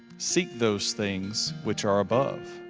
seek those things which are above,